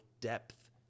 depth